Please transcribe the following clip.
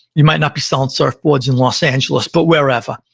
you might not be selling surfboards in los angeles, but wherever.